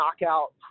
knockout